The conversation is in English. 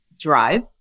Drive